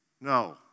no